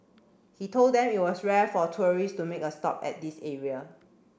he told them it was rare for tourists to make a stop at this area